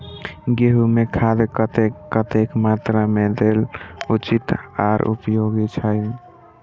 गेंहू में खाद कतेक कतेक मात्रा में देल उचित आर उपयोगी छै?